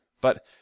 But